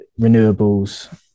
renewables